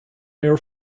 air